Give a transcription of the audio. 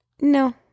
No